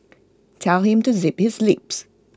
tell him to zip his lips